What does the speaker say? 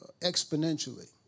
exponentially